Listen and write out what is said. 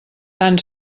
tant